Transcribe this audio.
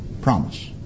Promise